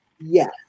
yes